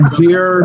dear